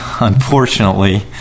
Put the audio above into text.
unfortunately